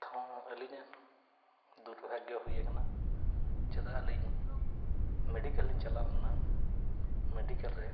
ᱛᱷᱚ ᱟᱹᱞᱤᱧᱟᱜ ᱫᱩᱨᱵᱷᱟᱜᱽᱜᱚ ᱦᱩᱭ ᱠᱟᱱᱟ ᱪᱮᱫᱟᱜ ᱟᱹᱞᱤᱧ ᱢᱮᱰᱤᱠᱮᱞ ᱞᱤᱝ ᱪᱟᱞᱟᱣ ᱞᱮᱱᱟ ᱢᱮᱰᱤᱠᱮᱞ ᱨᱮ